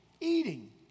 eating